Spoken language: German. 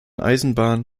eisenbahn